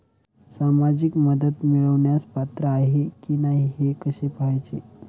सामाजिक मदत मिळवण्यास पात्र आहे की नाही हे कसे पाहायचे?